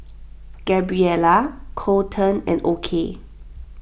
Gabriella Coleton and Okey